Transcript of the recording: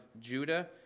Judah